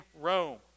Rome